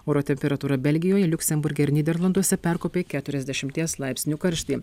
oro temperatūra belgijoje liuksemburge ir nyderlanduose perkopė keturiasdešimties laipsnių karštį